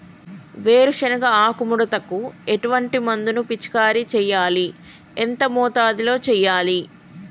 వేరుశెనగ ఆకు ముడతకు ఎటువంటి మందును పిచికారీ చెయ్యాలి? ఎంత మోతాదులో చెయ్యాలి?